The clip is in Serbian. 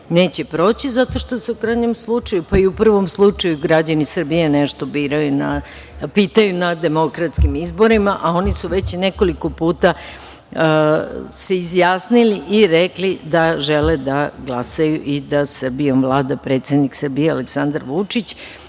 neće proći, zato što se u krajnjem slučaju, pa i u prvom slučaju građani Srbije nešto pitaju na demokratskim izborima, a oni su se već nekoliko puta izjasnili i rekli da žele da glasaju i da Srbijom vlada predsednik Srbije Aleksandar Vučić,